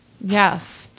yes